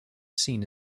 seen